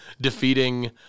defeating